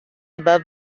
above